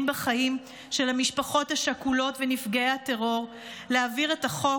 בחיים של המשפחות השכולות ונפגעי הטרור להעביר את החוק,